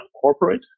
Corporate